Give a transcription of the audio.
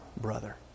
brother